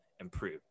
improve